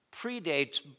predates